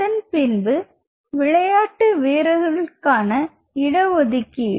அதன் பின்பு விளையாட்டு வீரர்களுக்கான இட ஒதுக்கீடு